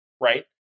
right